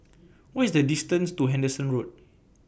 What IS The distance to Henderson Road